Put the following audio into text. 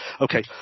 Okay